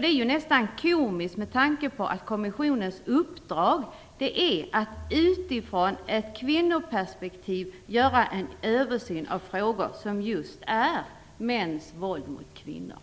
Det är nästan komsikt med tanke på att kommissionens uppdrag är att utifrån ett kvinnoperspektiv göra en översyn av frågor som just rör mäns våld mot kvinnor.